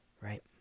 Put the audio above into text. right